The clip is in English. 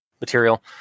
material